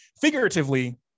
figuratively